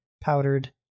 powdered